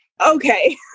okay